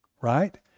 right